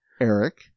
Eric